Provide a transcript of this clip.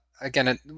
again